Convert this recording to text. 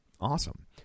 Awesome